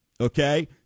okay